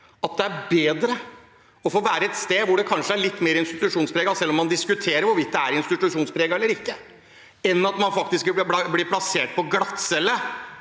at det er bedre å få være et sted hvor det kanskje er litt mer institusjonspreget – selv om man diskuterer hvorvidt det er institusjonspreget eller ikke – enn å bli plassert på glattcelle